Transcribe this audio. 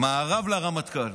מארב לרמטכ"ל.